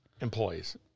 Employees